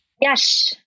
Yes